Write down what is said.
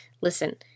listen